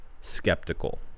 skeptical